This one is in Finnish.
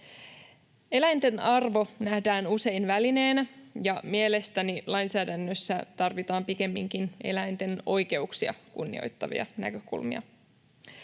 Eläinten arvo nähdään usein välineenä, ja mielestäni lainsäädännössä tarvitaan pikemminkin eläinten oikeuksia kunnioittavia näkökulmia.